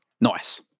Nice